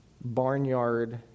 barnyard